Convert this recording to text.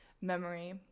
memory